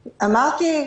אמרתי,